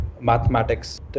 mathematics